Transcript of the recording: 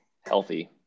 healthy